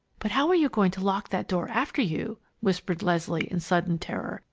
but how are you going to lock that door after you? whispered leslie, in sudden terror.